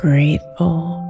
Grateful